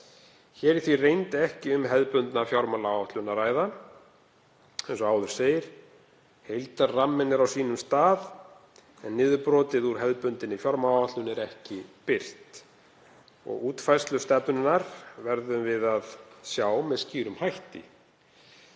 Hér er því í reynd ekki um hefðbundna fjármálaáætlun að ræða. Heildarramminn er á sínum stað en niðurbrotið úr hefðbundinni fjármálaáætlun er ekki birt. Útfærslu stefnunnar verðum við að sjá með skýrum hætti.